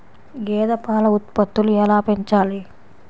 గేదె పాల ఉత్పత్తులు ఎలా పెంచాలి?